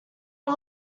are